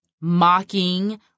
mocking